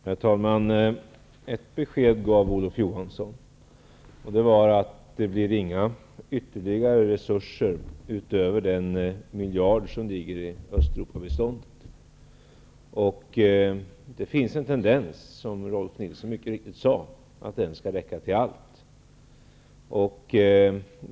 Herr talman! Ett besked gav Olof Johansson: Det blir inga ytterligare resurser utöver den miljard som ligger i Östeuropabiståndet. Det finns en tendens, som Rolf Nilson mycket riktigt sade, att den skall räcka till allt.